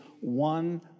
one